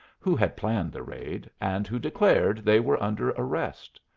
who had planned the raid, and who declared they were under arrest.